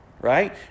right